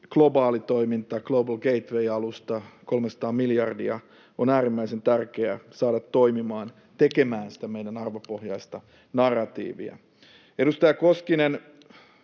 globaali toiminta, Global Gateway ‑alusta — 300 miljardia — on äärimmäisen tärkeä saada toimimaan, tekemään sitä meidän arvopohjaista narratiivia. Edustaja Koskinen,